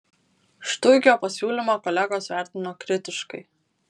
štuikio pasiūlymą kolegos vertino kritiškai